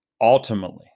Ultimately